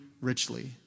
richly